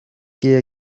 que